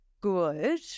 good